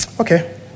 okay